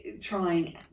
trying